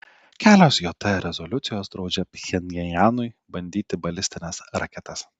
kelios jt rezoliucijos draudžia pchenjanui bandyti balistines raketas